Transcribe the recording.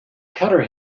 cutter